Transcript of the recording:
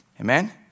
Amen